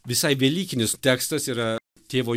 visai velykinis tekstas yra tėvo